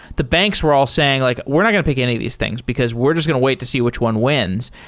the banks were all saying like, we're not going to pick any of these things, because we're just going to wait to see which one wins.